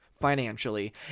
financially